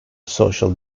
social